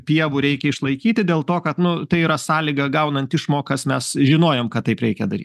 pievų reikia išlaikyti dėl to kad nu tai yra sąlyga gaunant išmokas mes žinojom kad taip reikia daryt